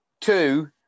Two